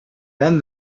then